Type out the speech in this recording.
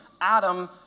Adam